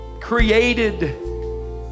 created